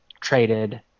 traded